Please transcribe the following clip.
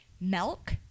Milk